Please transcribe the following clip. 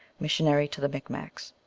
missionary to the micmacs.